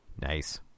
Nice